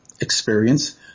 experience